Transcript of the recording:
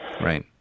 Right